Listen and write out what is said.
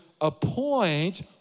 appoint